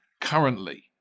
currently